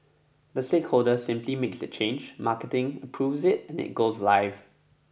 the stakeholder simply makes the change marketing approves it and it goes live